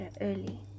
early